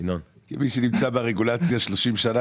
כמי שנמצא ברגולציה 30 שנים,